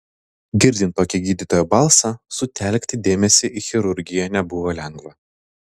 girdint tokį gydytojo balsą sutelkti dėmesį į chirurgiją nebuvo lengva